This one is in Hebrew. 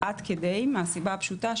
משוריינים עד כדי מהסיבה הפשוטה,